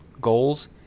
goals